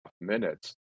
minutes